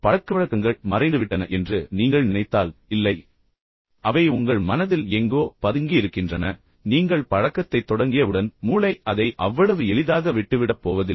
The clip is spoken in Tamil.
பழக்கவழக்கங்கள் மறைந்துவிட்டன என்று நீங்கள் நினைத்தால் இல்லை அவை உங்கள் மனதில் எங்கோ பதுங்கியிருக்கின்றன நீங்கள் பழக்கத்தைத் தொடங்கியவுடன் மூளை அதை அவ்வளவு எளிதாக விட்டுவிடப் போவதில்லை